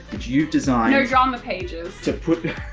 that you've designed. no drama pages. to put, yeah